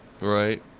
Right